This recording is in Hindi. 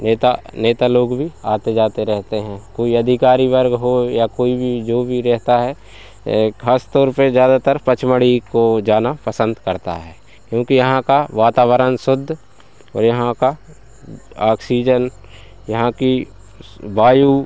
नेता नेता लोग भी आते जाते रहेते हैं कोई अधिकारी वर्ग हो या कोई भी जो भी रहता है खासतौर पर ज़्यादातर पचमढ़ी को जाना पसंद करता है क्योंकि यहाँ का वातावरण शुद्ध और यहाँ का ऑक्सीजन यहाँ की वायु